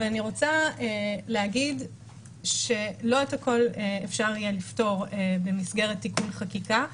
אבל אני רוצה להגיד שלא את הכול אפשר יהיה לפתור במסגרת תיקון חקיקה,